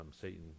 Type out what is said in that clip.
Satan